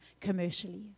commercially